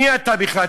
מי אתה בכלל?